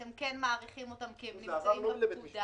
אתם כן מאריכים אותם כי הם נמצאים ------ בית משפט.